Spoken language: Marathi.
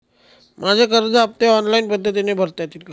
माझे कर्ज हफ्ते ऑनलाईन पद्धतीने भरता येतील का?